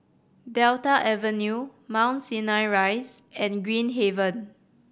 Delta Avenue Mount Sinai Rise and Green Haven